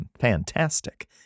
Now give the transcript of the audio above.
Fantastic